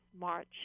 March